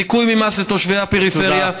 זיכוי ממס לתושבי הפריפריה,